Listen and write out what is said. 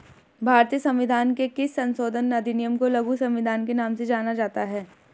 भारतीय संविधान के किस संशोधन अधिनियम को लघु संविधान के नाम से जाना जाता है?